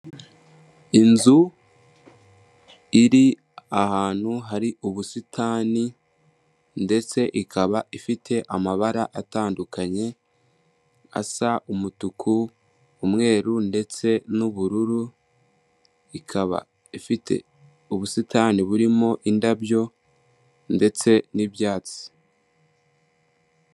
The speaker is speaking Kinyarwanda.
Inzu iri ahantu hari ubusitani ndetse ikaba ifite amabara atandukanye asa umutuku, umweru ndetse n'ubururu, ikaba ifite ubusitani burimo indabyo ndetse n'ibyatsi.